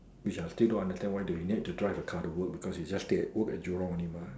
which I still don't understand why do you need to take a car to work because he stay at Jurong only mah